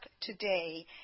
today